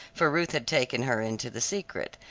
for ruth had taken her into the secret.